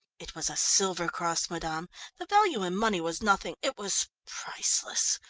it was a silver cross, madame the value in money was nothing it was priceless.